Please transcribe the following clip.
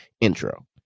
intro